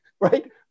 right